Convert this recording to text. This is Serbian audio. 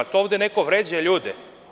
To ovde neko vređa ljude?